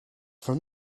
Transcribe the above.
from